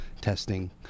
testing